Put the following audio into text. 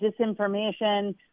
disinformation